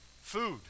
Food